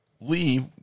Lee